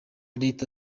leta